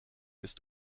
ist